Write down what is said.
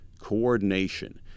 coordination